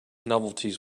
novelties